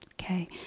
okay